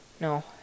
No